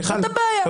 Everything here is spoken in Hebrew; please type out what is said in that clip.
מיכל, נא לא להפריע.